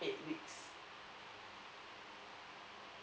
eight weeks